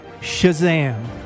SHAZAM